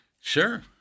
Sure